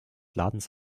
ladens